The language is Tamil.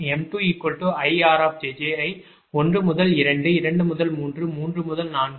6 க்கு பின்னர் 2 முதல் 7 வரை உங்கள் 2 முதல் 7 7 முதல் 8 வரை பின்னர் 4 முதல் 9 2 முதல் 7 7 முதல் 8 மற்றும் 4 முதல் 9 வரை